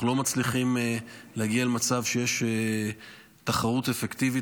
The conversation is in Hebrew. אנחנו לא מצליחים להגיע למצב שיש תחרות אפקטיבית,